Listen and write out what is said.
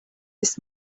this